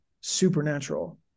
supernatural